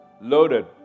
Loaded